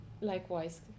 likewise